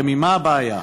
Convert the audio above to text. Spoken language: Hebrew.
הרי מה הבעיה?